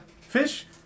Fish